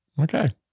Okay